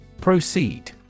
Proceed